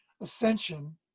ascension